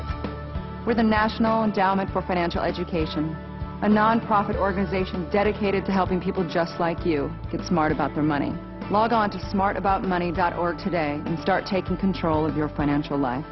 with the national endowment for financial education a nonprofit organization dedicated to helping people just like you get smart about their money log on to smart about money dot org today and start taking control of your financial life